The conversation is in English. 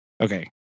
okay